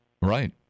Right